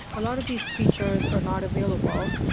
a lot of these features are not available.